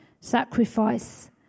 sacrifice